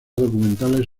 documentales